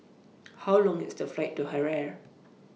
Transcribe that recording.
How Long IS The Flight to Harare